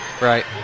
Right